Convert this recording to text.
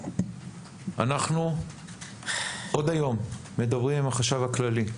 אנחנו עוד היום מדברים עם החשב הכללי.